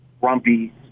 grumpy